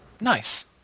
Nice